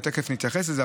ותכף נתייחס לזה.